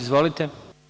Izvolite.